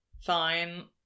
fine